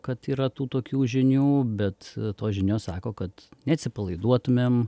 kad yra tų tokių žinių bet tos žinios sako kad neatsipalaiduotumėm